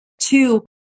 two